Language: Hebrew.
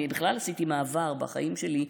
אני בכלל עשיתי מעבר בחיים שלי.